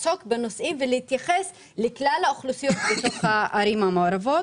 להתייחס לכלל האוכלוסייה בתוך הערים המעורבות.